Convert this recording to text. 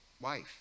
wife